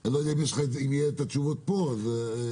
אני לא יודע אם יהיו לך תשובות פה כי ההמשך